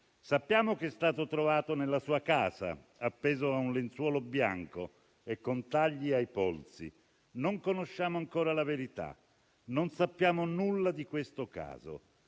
Sappiamo che è stato trovato nella sua casa, appeso a un lenzuolo bianco e con tagli ai polsi. Non conosciamo ancora la verità, non sappiamo nulla di questo caso: